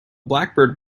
blackbird